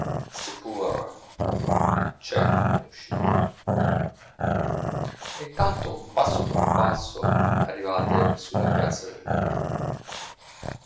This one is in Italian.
pur c'è un'uscita e intanto passo passo arrivate sulla piazza dell'opéra